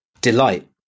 delight